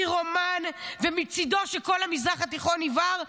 פירומן ומצידו שכל המזרח התיכון יבער,